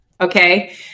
Okay